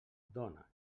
dona